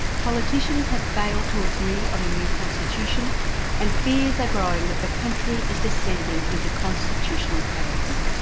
politicians have failed to agree on a new constitution and fears are growing that the country is descending into constitutional chaos.